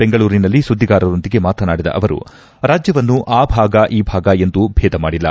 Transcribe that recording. ಬೆಂಗಳೂರಿನಲ್ಲಿ ಸುಧಿಗಾರರೊಂದಿಗೆ ಮಾತನಾಡಿದ ಅವರು ರಾಜ್ಯವನ್ನು ಆ ಭಾಗ ಈ ಭಾಗ ಎಂದು ಭೇದ ಮಾಡಿಲ್ಲ